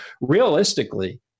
realistically